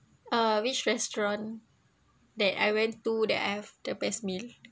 uh which restaurant that I went to that I have the best meal